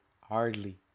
hardly